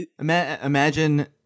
Imagine